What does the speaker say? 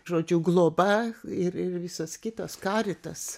žodžiu globa ir ir visas kitas karitas